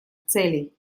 целей